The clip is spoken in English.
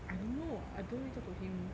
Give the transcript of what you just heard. I don't know I don't really talk to him